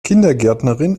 kindergärtnerin